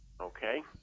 Okay